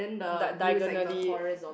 di~ diagonally